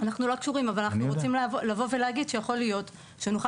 אנחנו לא קשורים לזה אבל אנחנו רוצים לומר שיכול להיות שנוכל